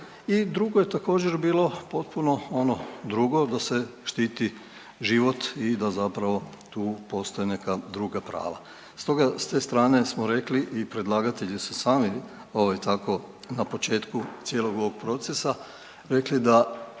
i drugo je također bilo potpuno ono drugo da se štiti život i da zapravo tu postoje neka druga prava. Stoga ste s te strane smo rekli i predlagatelji su sami tako na početku cijelog ovog procesa rekla da